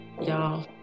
Y'all